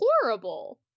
horrible